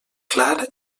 clar